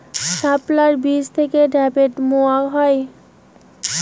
শাপলার বীজ থেকে ঢ্যাপের মোয়া হয়?